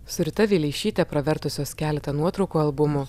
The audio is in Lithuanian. su rita vileišyte pravertusios keletą nuotraukų albumų